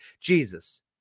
Jesus